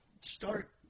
start